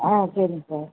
ஆ சரிங்க சார்